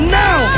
now